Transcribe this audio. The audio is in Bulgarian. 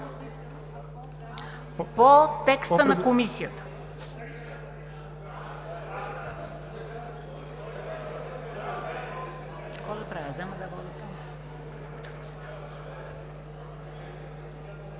по текста на Комисията.